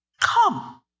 come